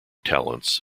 talents